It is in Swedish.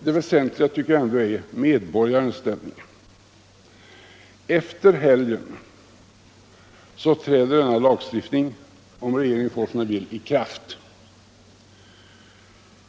Det väsentliga är emellertid enligt min mening medborgarens ställning. Efter helgen träder denna lagstiftning i kraft, om regeringen får som den vill.